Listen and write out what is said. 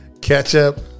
Ketchup